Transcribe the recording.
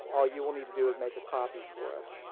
all you will need to do is make a copy for us.